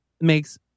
makes